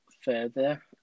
further